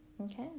Okay